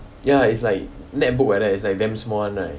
ya it's like net book like that it's like damn small one right